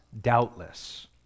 doubtless